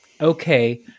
okay